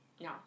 No